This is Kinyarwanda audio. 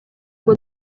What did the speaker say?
ngo